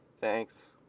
Thanks